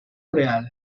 real